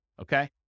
Okay